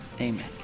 Amen